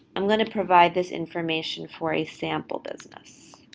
i'm going to provide this information for a sample business.